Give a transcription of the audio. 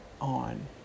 on